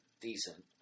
decent